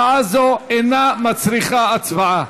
הודעה זו אינה מצריכה הצבעה.